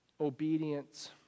obedience